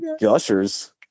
gushers